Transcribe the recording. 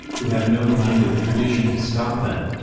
who have no kind of tradition to stop them.